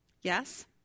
Yes